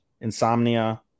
Insomnia